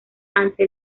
ante